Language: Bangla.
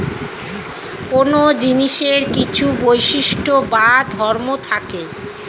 কোন জিনিসের কিছু বৈশিষ্ট্য বা ধর্ম থাকে